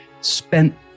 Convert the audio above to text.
spent